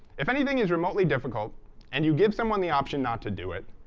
if anything is remotely difficult and you give someone the option not to do it,